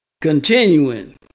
Continuing